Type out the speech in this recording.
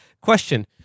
Question